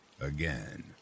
again